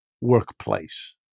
workplace